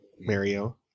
Mario